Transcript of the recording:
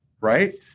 right